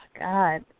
God